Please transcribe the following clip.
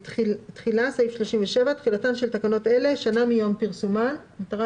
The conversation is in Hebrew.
"תחילה 37. תחילתן של תקנות אלה שנה מיום פרסומן." המטרה